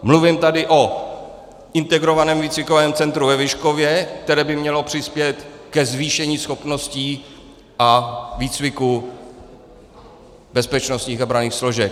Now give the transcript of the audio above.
Mluvím tady o Integrovaném výcvikovém centru ve Vyškově, které by mělo přispět ke zvýšení schopností a výcviku bezpečnostních a branných složek.